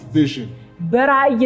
vision